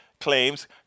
claims